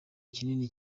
kinini